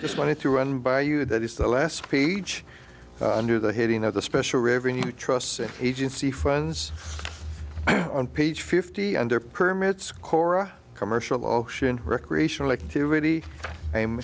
just wanted to run by you that is the last speech under the heading of the special revenue trusts agency funds on page fifty and there permits kora commercial ocean recreational activity i'm